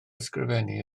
ysgrifennu